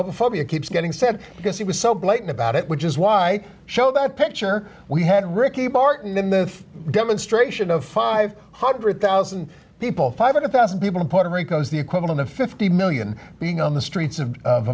homophobia keeps getting said because he was so blatant about it which is why show that picture we had ricky barton in the demonstration of five hundred thousand people five hundred thousand people in puerto rico is the equivalent of fifty million being on the streets of